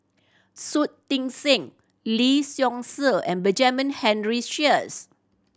Shui Tit Sing Lee Seow Ser and Benjamin Henry Sheares